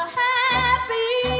happy